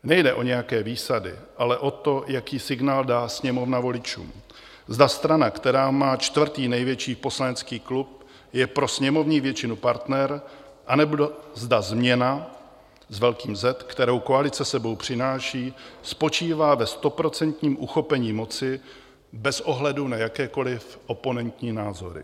Nejde o nějaké výsady, ale o to, jaký signál dá Sněmovna voličům zda strana, která má čtvrtý největší poslanecký klub, je pro sněmovní většinu partner, anebo zda změna s velkým Z, kterou koalice sebou přináší, spočívá ve stoprocentním uchopení moci bez ohledu na jakékoliv oponentní názory.